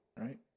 right